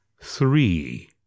three